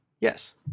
Yes